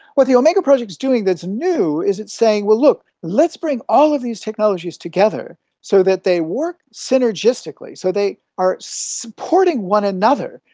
what the omega project is doing that is new is it's saying, well look, let's bring all of these technologies together so that they work synergistically, so they are supporting one another.